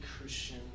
Christian